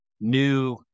new